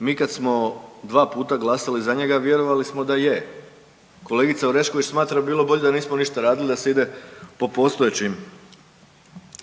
Mi kad smo dva puta glasali za njega vjerovali smo da je. Kolegica Orešković smatra da bi bilo bolje da nismo ništa radili da se ide po postojećim